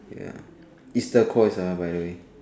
ya is turquoise by the way